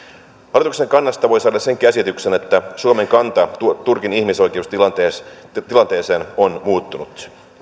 hallituksen kannasta voi saada sen käsityksen että suomen kanta turkin ihmisoikeustilanteeseen on muuttunut